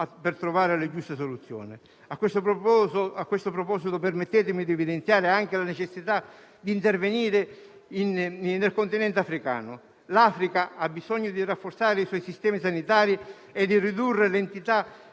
per trovare le giuste soluzioni. A questo proposito, permettetemi di evidenziare anche la necessità di intervenire nel continente africano. L'Africa ha bisogno di rafforzare i suoi sistemi sanitari e di ridurre l'entità